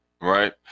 Right